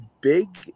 big